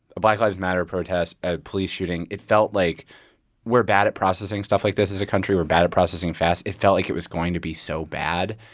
a black lives matter protest, a police shooting. it felt like we're bad at processing stuff like this as a country. we're bad at processing fast. it felt like it was going to be so bad.